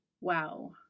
Wow